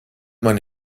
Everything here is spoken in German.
man